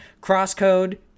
Crosscode